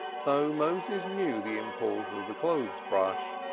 so moses knew the import of the clothes-brush.